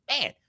man